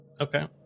Okay